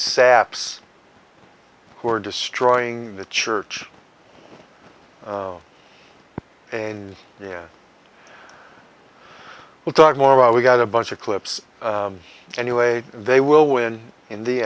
saps who are destroying the church and yet we'll talk more about we've got a bunch of clips anyway they will win in the